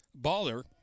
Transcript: Baller